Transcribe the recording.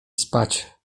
spać